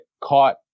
caught